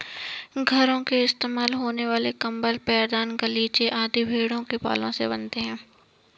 घरों में इस्तेमाल होने वाले कंबल पैरदान गलीचे आदि भेड़ों के बालों से बनते हैं